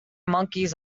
monkeys